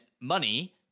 money